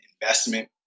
investment